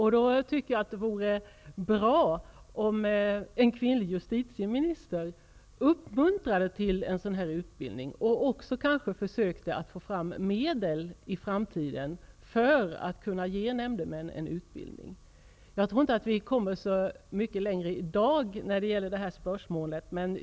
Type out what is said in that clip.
Jag tycker då att det vore bra om en kvinnlig justitieminister uppmuntrade till en sådan här utbildning och också försökte få fram medel till en utbildning i framtiden för nämndemän. Jag tror inte att vi kommer så mycket längre i dag när det gäller det här spörsmålet.